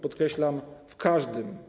Podkreślam: w każdym.